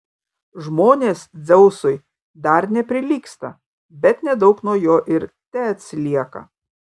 žmonės dzeusui dar neprilygsta bet nedaug nuo jo ir teatsilieka